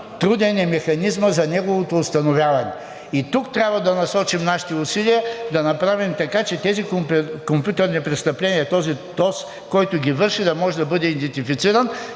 труден е механизмът за неговото установяване. И тук трябва да насочим нашите усилия да направим така, че тези компютърни престъпления, този, който ги върши, да може да бъде идентифициран